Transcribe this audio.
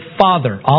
father